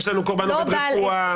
יש לנו קורבן עובד רפואה.